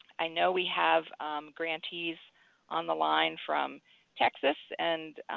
i know we have grantees on the line from texas, and